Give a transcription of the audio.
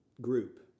group